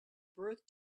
birth